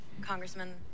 Congressman